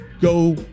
Go